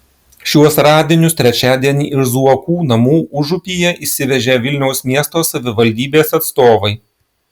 šiuos radinius trečiadienį iš zuokų namų užupyje išsivežė vilniaus miesto savivaldybės atstovai